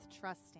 trusting